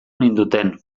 ninduten